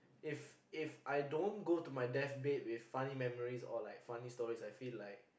if If I don't go to my death bed with funny memories or like funny stories I feel like